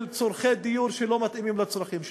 צורכי דיור שלא מתאימים לצרכים שלהם.